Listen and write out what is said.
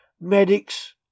medics